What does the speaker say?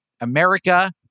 America